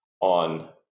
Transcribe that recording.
on